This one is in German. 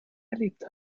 erlebt